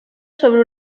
sobre